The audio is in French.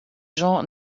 gens